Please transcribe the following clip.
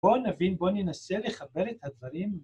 בואו נבין, בואו ננסה לחבר את הדברים